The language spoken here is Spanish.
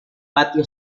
patio